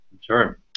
Sure